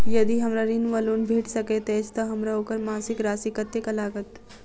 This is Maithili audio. यदि हमरा ऋण वा लोन भेट सकैत अछि तऽ हमरा ओकर मासिक राशि कत्तेक लागत?